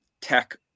tech